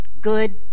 good